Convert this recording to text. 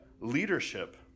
leadership